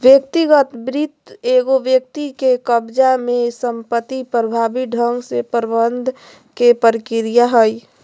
व्यक्तिगत वित्त एगो व्यक्ति के कब्ज़ा में संपत्ति प्रभावी ढंग से प्रबंधन के प्रक्रिया हइ